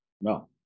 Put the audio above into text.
No